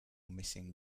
missing